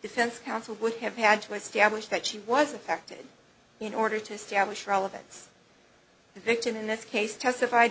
defense counsel would have had to establish that she was affected in order to establish relevance the victim in this case testified